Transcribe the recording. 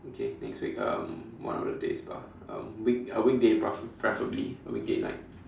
okay next week um one of the days bah um week uh weekday prefera~ preferably weekday night